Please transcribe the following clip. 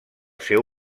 seu